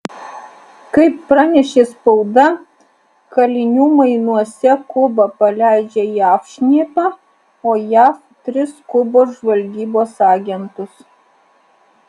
kaip pranešė spauda kalinių mainuose kuba paleidžia jav šnipą o jav tris kubos žvalgybos agentus